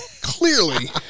clearly